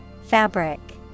Fabric